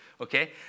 okay